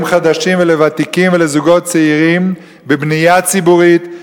חדשים ולוותיקים ולזוגות צעירים בבנייה ציבורית,